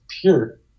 pure